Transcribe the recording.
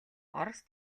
орос